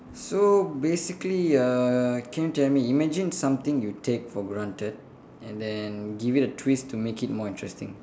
so basically uh can you tell me imagine something you take for granted and then give it a twist to make it more interesting